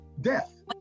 death